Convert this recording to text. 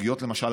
למשל,